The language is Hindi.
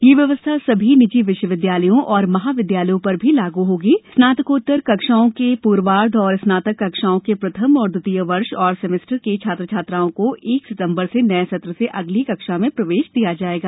यह व्यवस्था सभी निजी विश्वविद्यालयों और महाविद्यालयों पर भी लागू होगी स्नातकोत्तर कक्षाओं के पूर्वाद्व और स्नातक कक्षाओं के प्रथम एवं द्वितीय वर्ष और सेमेस्टर के छात्र छात्राओं को एक सितम्बर से नये सत्र से अगली कक्षा में प्रवेश दिया जाएगा